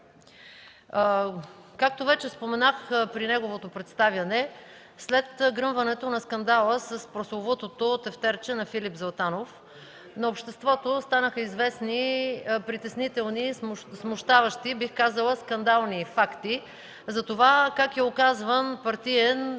Както вече споменах, при неговото представяне, след гръмването на скандала с прословутото тефтерче на Филип Златанов, на обществото станаха известни притеснителни, смущаващи, бих казала скандални факти за това как е оказван партиен